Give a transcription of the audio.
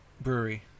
brewery